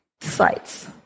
sites